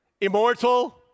immortal